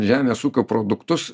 žemės ūkio produktus